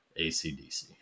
ACDC